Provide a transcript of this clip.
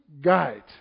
guide